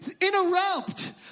interrupt